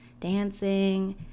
dancing